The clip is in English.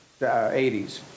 80s